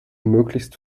möglichst